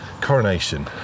coronation